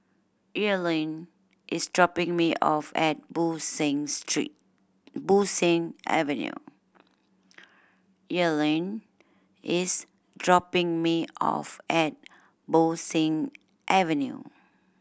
Earlene is dropping me off at Bo Seng Street Bo Seng Avenue Earlene is dropping me off at Bo Seng Avenue